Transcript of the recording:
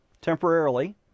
temporarily